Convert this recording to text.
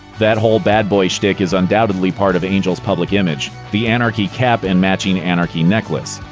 that whole bad boy schtick is undoubtedly part of angel's public image. the anarchy cap and matching anarchy necklace.